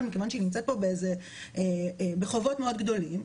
מכיוון שהיא נמצאת פה בחובות מאוד גדולים,